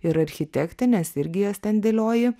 ir architektė nes irgi jas ten dėlioji